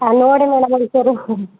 ಹಾಂ ನೋಡಿ ಮೇಡಮ್ ಒಂದು ಸಾರಿ